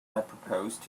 proposed